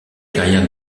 carrière